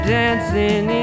dancing